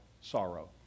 sorrow